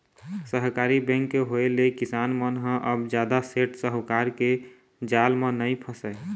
सहकारी बेंक के होय ले किसान मन ह अब जादा सेठ साहूकार के जाल म नइ फसय